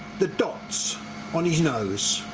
the dots on nose.